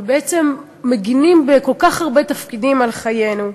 ובעצם מגינים בכל כך הרבה תפקידים על חיינו.